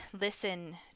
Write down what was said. listen